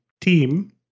team